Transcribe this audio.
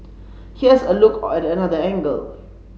here's a look at another angle